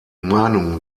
meinungen